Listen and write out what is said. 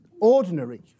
ordinary